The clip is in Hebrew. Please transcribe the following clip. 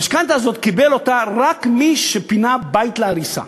את המשכנתה הזאת קיבל רק מי שפינה בית להריסה,